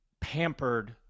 pampered